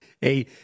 Hey